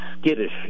skittish